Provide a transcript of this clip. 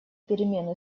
перемены